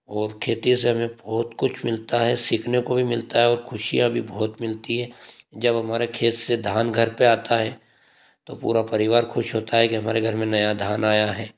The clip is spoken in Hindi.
और खेती से हमें बहुत कुछ मिलता है सिखने को भी मिलता है और खुशियां भी बहोत मिलती है जब हमारे खेत से धान घर पे आता है तो पूरा परिवार खुश होता है कि हमारे घर में नया धान आया है